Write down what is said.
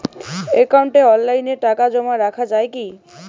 একাউন্টে অনলাইনে টাকা জমা রাখা য়ায় কি?